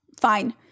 fine